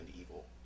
evil